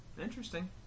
Interesting